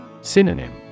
Synonym